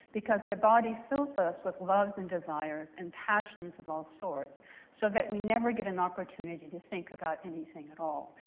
because the body fills us with loves and desires and passions of all sorts so that we never get an opportunity to think about anything at all.